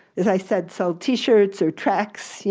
as i said, sold t-shirts or treks. yeah